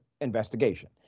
investigation